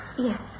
Yes